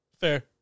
Fair